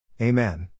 Amen